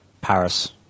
Paris